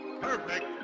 perfect